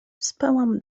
spałam